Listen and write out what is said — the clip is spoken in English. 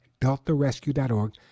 deltarescue.org